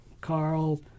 Carl